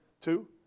Two